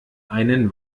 einen